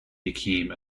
became